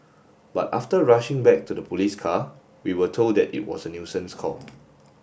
but after rushing back to the police car we were told that it was a nuisance call